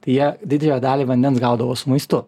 tai jie didžiąją dalį vandens gaudavo su maistu